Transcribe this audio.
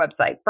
website